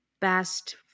best